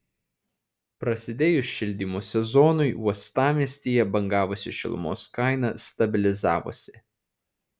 prasidėjus šildymo sezonui uostamiestyje bangavusi šilumos kaina stabilizavosi